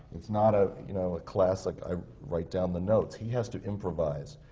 it's not, ah you know, a classic, i write down the notes. he has to improvise.